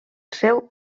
seu